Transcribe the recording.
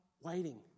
waiting